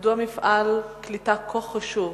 מדוע מפעל כה חשוב,